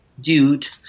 dude